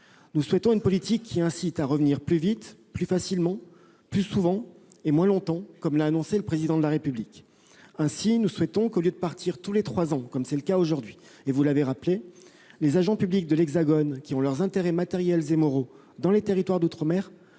Nous souhaitons une politique qui incite à revenir plus vite, plus facilement, plus souvent et moins longtemps, comme l'a annoncé le Président de la République. Ainsi, nous souhaitons que, au lieu de partir tous les trois ans, comme c'est le cas aujourd'hui et vous l'avez rappelé, les agents publics de l'hexagone qui ont leurs intérêts matériels et moraux dans les territoires d'outre-mer